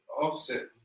Offset